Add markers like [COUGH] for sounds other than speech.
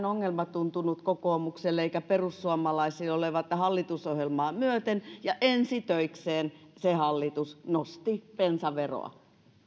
[UNINTELLIGIBLE] ongelma tuntunut kokoomukselle eikä perussuomalaisille olevan että hallitusohjelmaa myöten ja ensitöikseen se hallitus nosti bensaveroa